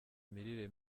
imirire